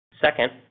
Second